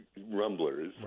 rumblers